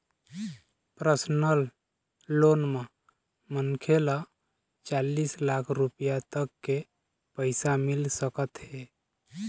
personal loan म मनखे ल चालीस लाख रूपिया तक के पइसा मिल सकत हे